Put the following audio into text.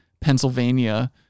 Pennsylvania